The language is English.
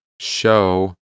show